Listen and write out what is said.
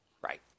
Right